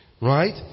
Right